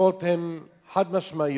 וההשלכות הן חד-משמעיות.